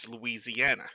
Louisiana